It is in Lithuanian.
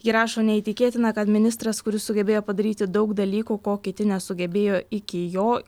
ji rašo neįtikėtina kad ministras kuris sugebėjo padaryti daug dalykų ko kiti nesugebėjo iki jo